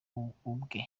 ubwe